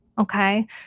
Okay